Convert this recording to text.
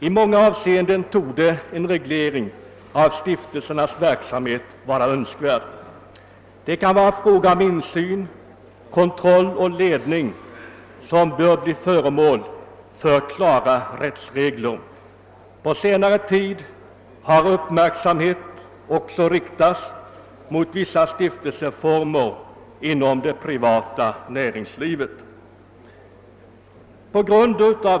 I många avseenden torde en reglering av stiftelsernas verksamhet vara önskvärd. Beträffande t.ex. översyn, kontroll och ledning kan det behövas klara rättsregler. Under senare tid har uppmärksamheten också riktats på vissa stiftelseformer inom det privata näringslivet.